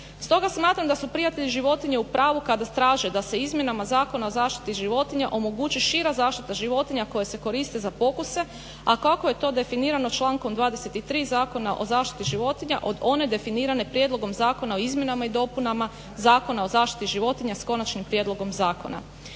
Stoga smatram da su Prijatelji životinja u pravu kada traže da se izmjenama zakona o zaštiti životinja omogući šira zaštita životinja koje se koriste za pokuse a kako je to definirano člankom 23. Zakona o zaštiti životinja od one definirane prijedlogom zakona o izmjenama i dopunama Zakona o zaštiti životinja s konačnim prijedlogom zakona.